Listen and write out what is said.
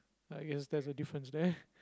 I guess there's a difference there